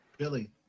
Billy